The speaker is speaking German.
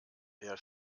eher